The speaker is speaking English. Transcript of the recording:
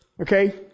Okay